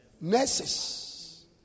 nurses